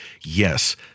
Yes